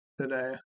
today